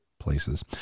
places